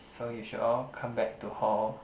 so you should all come back to hall